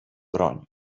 broń